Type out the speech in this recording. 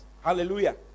Hallelujah